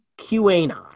QAnon